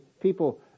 people